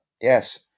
Yes